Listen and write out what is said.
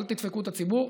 אל תדפקו את הציבור.